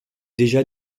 déjà